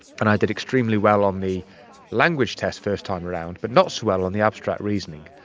and i did extremely well on the language test first time around but not so well on the abstract reasoning.